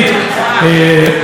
אבי גבאי,